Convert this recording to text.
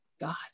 God